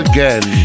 Again